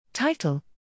Title